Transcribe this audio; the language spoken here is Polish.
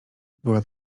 była